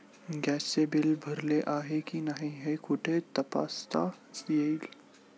गॅसचे बिल भरले आहे की नाही हे कुठे तपासता येईल?